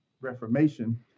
Reformation